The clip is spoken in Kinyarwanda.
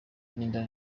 n’inda